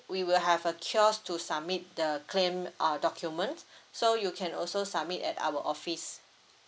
we will have a kiosk to submit the claim or document so you can also submit at our office